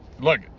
look